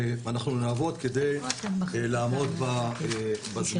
אנחנו נעבוד כדי לעמוד בזמנים.